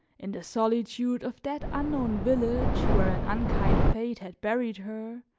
in the solitude of that unknown village, where an unkind fate had buried her,